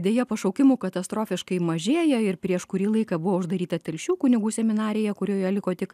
deja pašaukimų katastrofiškai mažėja ir prieš kurį laiką buvo uždaryta telšių kunigų seminarija kurioje liko tik